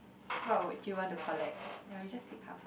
what would you want to collect ya we just take half half